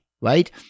right